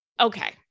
Okay